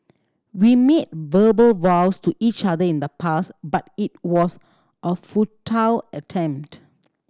we made verbal vows to each other in the past but it was a futile attempt